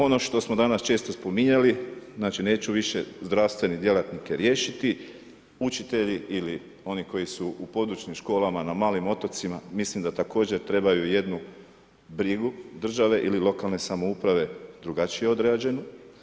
Ono što smo danas često spominjali znači neće više zdravstvene djelatnike, učitelji ili oni koji su u područnim školama na malim otocima, mislim da također trebaju jednu brigu države ili lokalne samouprave drugačije odrađenu.